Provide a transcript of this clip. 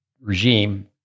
regime